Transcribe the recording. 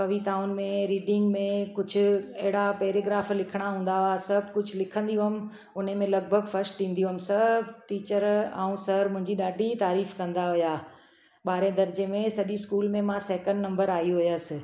कविताउनि में रीडिंग में कुझु अहिड़ा पेराग्राफ लिखणा हूंदा हुआ सभु कुझु लिखंदी हुअमि उन में लॻभॻि फस्ट ईंदी हुअमि सभु टीचर ऐं सर मुंहिंजी ॾाढी तारीफ़ कंदा हुआ ॿारहं दर्जे में सॼी स्कूल में मां सैकेंड नंबर आई हुअसि